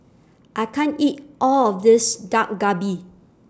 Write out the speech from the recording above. I can't eat All of This Dak Galbi